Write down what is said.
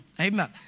Amen